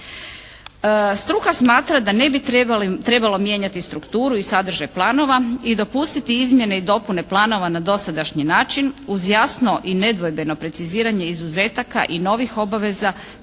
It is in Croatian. Struka smatra da ne bi trebalo mijenjati strukturu i sadržaj planova i dopustiti izmjene i dopune planova na dosadašnji način uz jasno i nedvojbeno preciziranje izuzetaka i novih obaveza